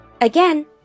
Again